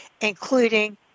including